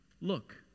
Look